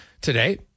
today